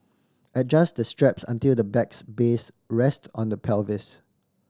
adjust the straps until the bag's base rest on the pelvis